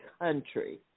country